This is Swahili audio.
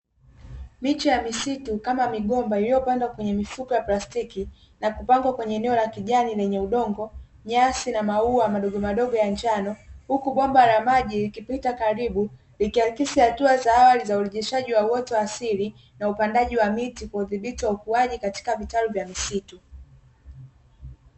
Miche ya misitu kama migomba iliyopandwa kwenye mifuko iko kwenye eneo la kijani lenye udongo nyasi na maua madogomadogo ya njano, huku bomba la maji likipita karibu likiakisi hatua za awali za urejeshaji wa uoto asili kwa upandaji wa miti kwa uthibiti wa ukuaji katika vitalu vya misitu.